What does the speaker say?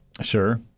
Sure